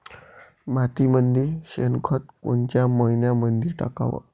मातीमंदी शेणखत कोनच्या मइन्यामंधी टाकाव?